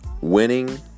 Winning